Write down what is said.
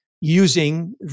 using